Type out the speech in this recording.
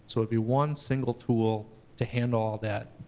so it'd be one single tool to handle all that.